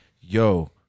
yo